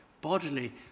bodily